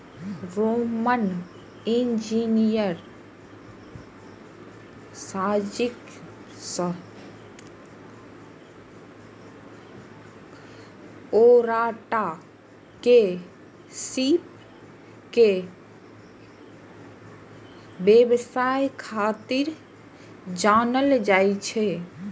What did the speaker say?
Roman engineer Sergius Orata के सीप के व्यवसाय खातिर जानल जाइ छै